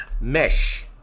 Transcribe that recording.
mesh